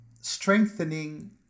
strengthening